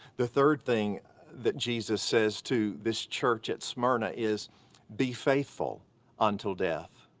the third thing that jesus says to this church at smyrna is be faithful until death.